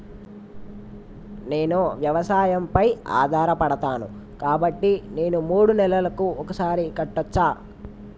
నేను వ్యవసాయం పై ఆధారపడతాను కాబట్టి నేను మూడు నెలలకు ఒక్కసారి కట్టచ్చా?